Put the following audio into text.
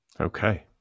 okay